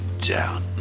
down